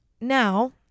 now